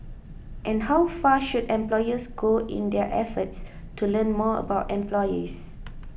and how far should employers go in their efforts to learn more about employees